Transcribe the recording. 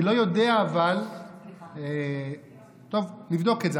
אני לא יודע, אבל, טוב, נבדוק את זה.